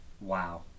Wow